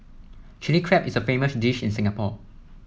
Chilli Crab is a famous dish in Singapore